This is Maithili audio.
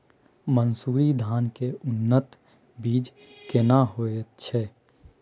मन्सूरी धान के उन्नत बीज केना होयत छै?